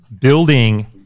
building